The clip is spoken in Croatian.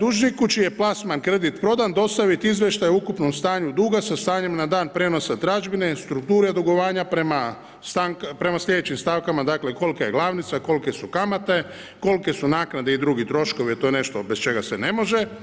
dužniku čiji je plasman kredit prodan, dostaviti izvještaj o ukupnom stanju duga sa stanjem na dan prijenosa tražbine, strukture dugovanja prema slijedećim stavkama, dakle kolika je glavnica, kolike su kamate, koliko su naknade i drugi troškovi, to je nešto bez čega se ne može.